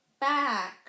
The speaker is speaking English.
back